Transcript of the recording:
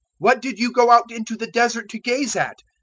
what did you go out into the desert to gaze at?